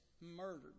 murdered